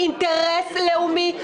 זה אינטרס לאומי.